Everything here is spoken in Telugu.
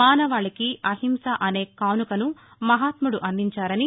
మానవాళికి అహింస అనే కానుకను మహాత్ముడు అందించారని